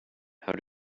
how